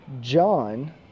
John